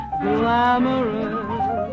glamorous